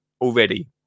already